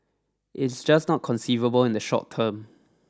it is just not conceivable in the short term